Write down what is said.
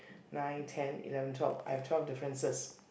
nine ten eleven twelve I have twelve differences